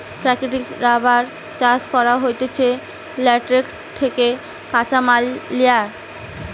প্রাকৃতিক রাবার চাষ করা হতিছে ল্যাটেক্স থেকে কাঁচামাল লিয়া